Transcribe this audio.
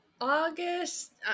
August